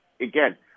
again